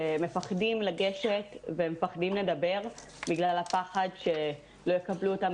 שמפחדים לגשת והם מפחדים לדבר בגלל הפחד שלא יקבלו אותם